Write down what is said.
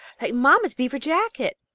like mamma's beaver jacket.